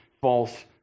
false